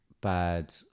bad